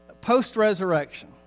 post-resurrection